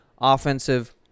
offensive